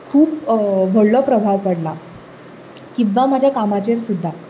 खूब व्हडलो प्रभाव पडला किंवा म्हाज्या कामाचेर सुद्दां